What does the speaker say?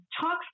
talks